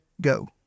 go